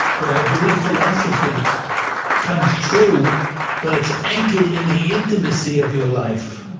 but i believe philosophy becomes true when it's anchored in the intimacy of your life.